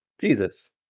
Jesus